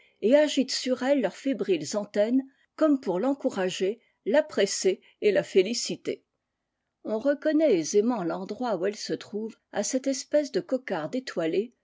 et agitent sur elle leurs fébriles antennes comme pour l'encourager la presser et la féliciter on reconnaît aisément l'endroit où elle se trouve à cette espèce de cocarde étoilée